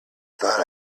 thought